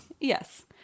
Yes